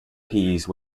piece